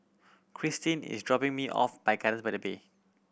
Christine is dropping me off